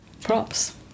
props